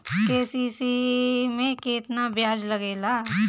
KCC में केतना ब्याज लगेला?